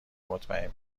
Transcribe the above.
مطمئن